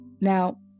Now